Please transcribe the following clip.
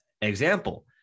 example